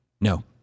No